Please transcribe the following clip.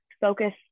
focus